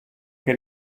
che